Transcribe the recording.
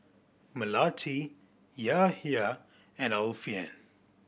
Melati Yahya and Alfian